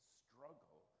struggle